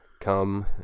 come